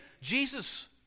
Jesus